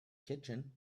kitchen